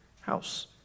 house